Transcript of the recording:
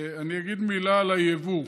אני אגיד מילה על היבוא.